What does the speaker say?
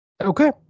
Okay